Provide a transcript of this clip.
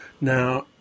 Now